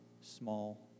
small